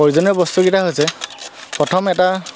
প্ৰয়োজনীয় বস্তুকেইটা হৈছে প্ৰথম এটা